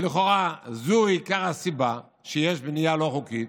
ולכאורה זו הסיבה העיקרית שיש בנייה לא חוקית,